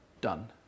done